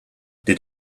did